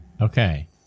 Okay